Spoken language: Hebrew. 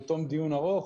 בתום דיון ארוך,